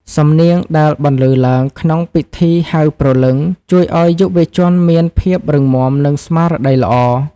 សំនៀងដែលបន្លឺឡើងក្នុងពិធីហៅព្រលឹង ជួយឱ្យយុវជនមានភាពរឹងមាំ និងស្មារតីល្អ។